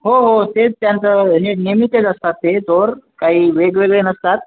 हो हो तेच त्यांचं ने नेहमी तेच असतात ते चोर काही वेगवेगळे नसतात